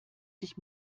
sich